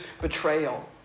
betrayal